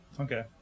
okay